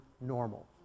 normal